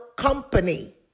company